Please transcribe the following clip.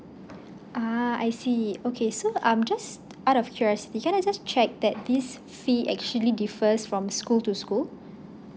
ah I see okay so um just out of curiosity can I just check that this fee actually differs from school to school